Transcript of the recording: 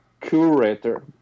curator